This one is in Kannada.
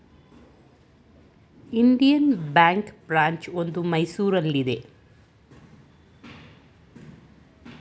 ಇಂಡಿಯನ್ ಬ್ಯಾಂಕ್ನ ಬ್ರಾಂಚ್ ಒಂದು ಮೈಸೂರಲ್ಲಿದೆ